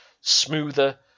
smoother